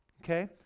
okay